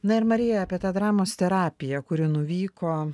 na ir marija apie tą dramos terapiją kuri nuvyko